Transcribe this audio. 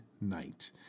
night